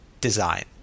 design